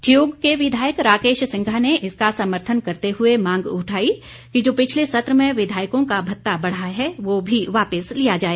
ठियोग के विधायक राकेश सिंघा ने इसका समर्थन करते हुए मांग उठाई की जो पिछले सत्र में विधायकों का भत्ता बढ़ा है वह भी वापिस लिया जाए